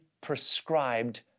prescribed